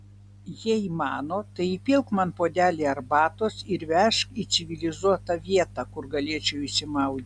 jei mano tai įpilk man puodelį arbatos ir vežk į civilizuotą vietą kur galėčiau išsimaudyti